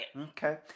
Okay